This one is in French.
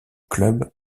club